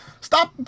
Stop